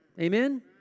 Amen